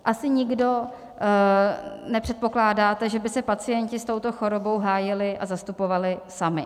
Asi nikdo nepředpokládáte, že by se pacienti s touto chorobou hájili a zastupovali sami.